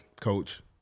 coach